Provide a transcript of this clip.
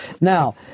Now